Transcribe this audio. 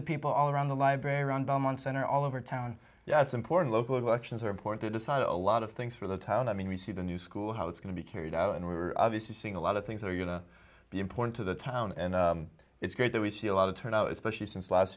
of people all around the library around belmont center all over town that's important local elections are port the decide a lot of things for the town i mean we see the new school how it's going to be carried out and we were obviously seeing a lot of things that are going to be important to the town and it's great that we see a lot of turnout especially since last